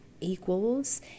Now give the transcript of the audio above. equals